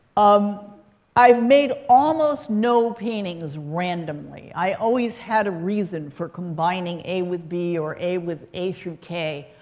um i've made almost no paintings randomly. i always had a reason for combining a with b, or a with a through k.